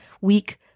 weak